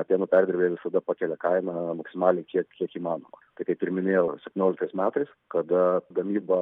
pieno perdirbėjai visada pakelia kainą maksimaliai kiek kiek įmanoma tai kaip ir minėjau septynioliktais metais kada gamyba